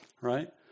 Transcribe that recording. Right